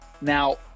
Now